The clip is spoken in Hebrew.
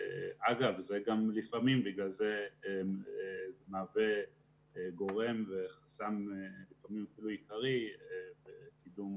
אגב, זה לפעמים מהווה חסם אפילו עיקרי בקידום